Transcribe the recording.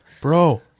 Bro